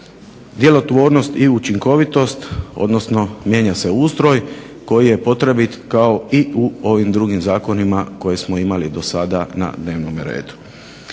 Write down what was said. djelotvornost i učinkovitost, odnosno mijenja se ustroj koji je potrebit kao i u ovim drugim zakonima koje smo imali do sada na dnevnom redu.